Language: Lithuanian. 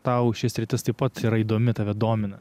tau ši sritis taip pat yra įdomi tave domina